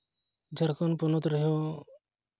ᱡᱷᱟᱲᱠᱷᱚᱸᱰ ᱯᱚᱱᱚᱛ ᱨᱮᱦᱚᱸ